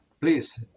Please